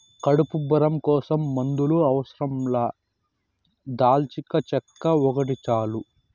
కడుపు ఉబ్బరం కోసం మందుల అవసరం లా దాల్చినచెక్క ఒకటి చాలు